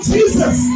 Jesus